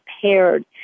prepared